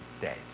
dead